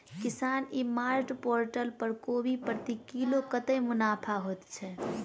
किसान e mart portal पर कोबी प्रति किलो कतै मुनाफा होइ छै?